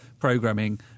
programming